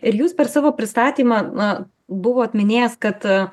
ir jūs per savo pristatymą na buvot minėjęs kad